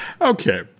Okay